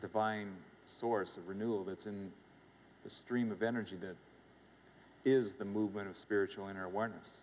divine source of renewal that's in the stream of energy that is the movement of spiritual inner